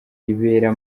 ibera